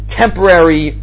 temporary